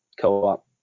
co-op